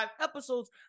episodes